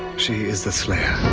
she is the slayer.